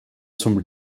zum